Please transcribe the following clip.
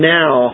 now